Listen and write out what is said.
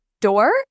door